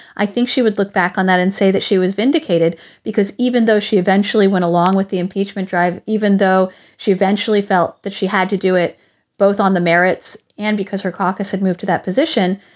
i think she would look back on that and say that she was vindicated because even though she eventually went along with the impeachment drive, even though she eventually felt that she had to do it both on the merits and because her caucus had moved to that position,